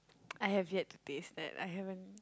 I have yet to taste that I haven't